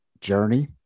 journey